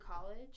college